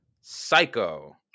Psycho